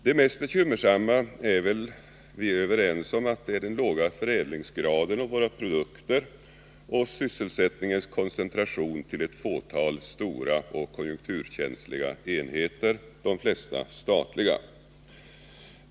Vi är väl överens om att det mest bekymmersamma är den låga förädlingsgraden hos våra produkter och sysselsättningens koncentration till ett fåtal stora och konjunkturkänsliga enheter, de flesta statliga.